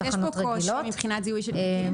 אז יש פה קושי מבחינת זיהוי של קטין.